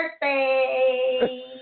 birthday